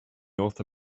north